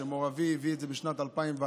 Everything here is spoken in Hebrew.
שמו"ר אבי הביא את זה בשנת 2001,